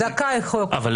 זכאי חוק שבות.